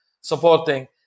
supporting